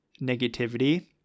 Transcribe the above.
negativity